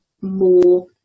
more